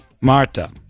Marta